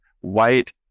white